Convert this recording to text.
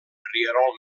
rierol